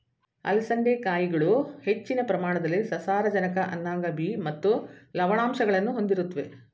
ಅಲಸಂದೆ ಕಾಯಿಗಳು ಹೆಚ್ಚಿನ ಪ್ರಮಾಣದಲ್ಲಿ ಸಸಾರಜನಕ ಅನ್ನಾಂಗ ಬಿ ಮತ್ತು ಲವಣಾಂಶಗಳನ್ನು ಹೊಂದಿರುತ್ವೆ